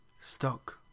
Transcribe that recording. stuck